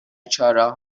چهارراه